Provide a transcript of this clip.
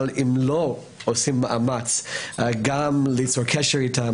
אבל אם לא עושים מאמץ גם ליצור קשר איתם,